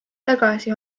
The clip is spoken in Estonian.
tagasi